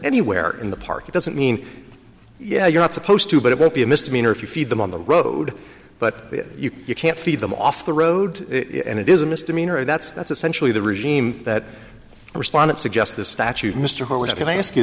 anywhere in the park it doesn't mean yeah you're not supposed to but it would be a misdemeanor if you feed them on the road but you can't feed them off the road and it is a misdemeanor and that's that's essentially the regime that respondent suggests this statute mr holder can i ask you